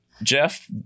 Jeff